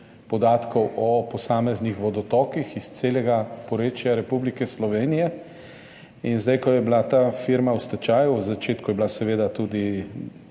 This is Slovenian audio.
podatkov o posameznih vodotokih s celega porečja Republike Slovenije. Ko je bila ta firma v stečaju, na začetku je bila seveda tudi